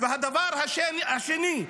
והדבר השני,